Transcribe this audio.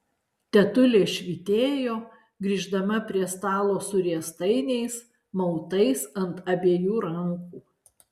tetulė švytėjo grįždama prie stalo su riestainiais mautais ant abiejų rankų